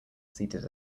seated